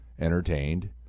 entertained